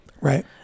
Right